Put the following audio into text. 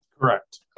Correct